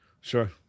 sure